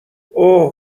اوه